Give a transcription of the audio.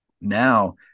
now